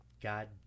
God